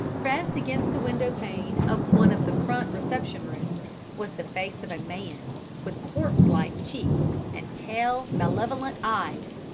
pressed against the window-pane of one of the front reception-rooms was the face of a man with corpse-like cheeks and pale, malevolent eyes.